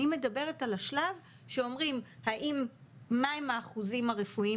אני מדברת על השלב שאומרים מה הם האחוזים הרפואיים